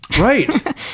Right